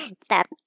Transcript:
Stop